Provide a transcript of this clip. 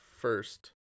first